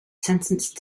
sentenced